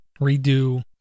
redo